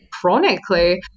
chronically